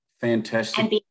Fantastic